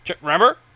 Remember